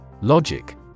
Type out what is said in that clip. Logic